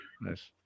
Nice